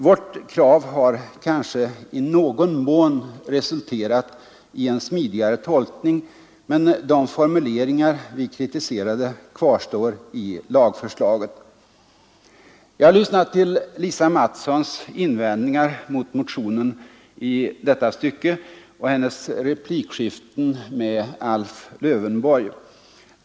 Vårt krav har kanske i någon mån resulterat i en smidigare tolkning, men de formuleringar vi kritiserade kvarstår i lagförslaget. Jag lyssnade till Lisa Mattsons invändningar mot motionen i detta stycke och hennes replikskiften med Alf Lövenborg.